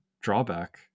drawback